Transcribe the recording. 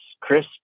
Chris